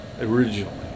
originally